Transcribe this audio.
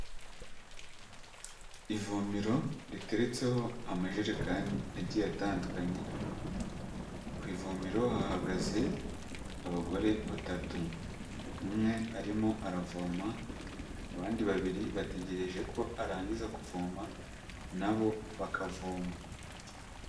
Ivomero riteretseho amajerekani agiye atandukanye, ku ivomero hahagaze abagore batatu, umwe arimo aravoma, abandi babiri bategereje ko arangiza kuvoma, nabo bakavoma.